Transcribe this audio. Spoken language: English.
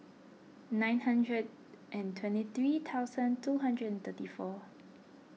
nine hundred and twenty three thousand two hundred and thirty four